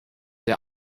der